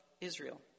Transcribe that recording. Israel